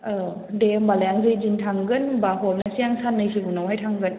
औ दे होनबालाय आं जैदिन थांगोन होनबा हरनोसै आं साननैसो उनावहाय थांगोन